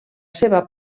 seva